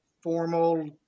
formal